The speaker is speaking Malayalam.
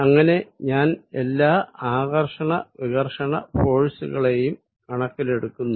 അങ്ങിനെ ഞാൻ എല്ലാ ആകർഷണ വികർഷണ ഫോഴ്സ് കളെയും കണക്കിലെടുക്കുന്നു